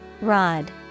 Rod